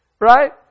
Right